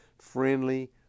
friendly